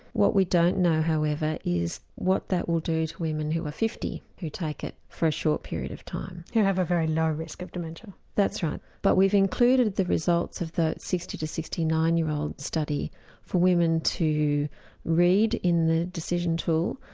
what we don't know however is what that will do to women who are fifty who take it for a short period of time. who have a very low risk of dementia? that's right but we've included the results of the sixty to sixty nine year old study for women to read in the decision tool.